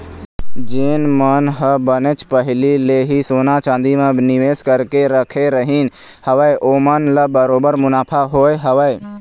जेन मन ह बनेच पहिली ले ही सोना चांदी म निवेस करके रखे रहिन हवय ओमन ल बरोबर मुनाफा होय हवय